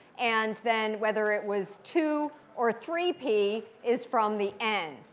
and then whether it was two or three p is from the n.